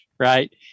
Right